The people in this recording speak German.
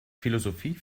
philosophie